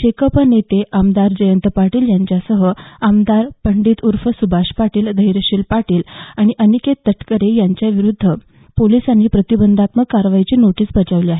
शेकाप नेते आमदार जयंत पाटील यांच्यासह आमदार पंडित ऊर्फ सुभाष पाटील धैर्यशील पाटील आणि अनिकेत तटकरे यांच्यावर पोलिसांनी प्रतिबंधात्मक कारवाईची नोटीस बजावली आहे